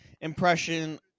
impression